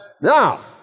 Now